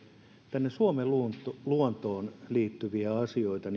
tänne suomen luontoon luontoon liittyviä asioita